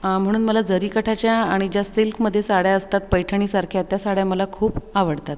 म्हणून मला जरीकाठाच्या आणि ज्या सिल्कमध्ये साड्या असतात पैठणीसारख्या त्या साड्या मला खूप आवडतात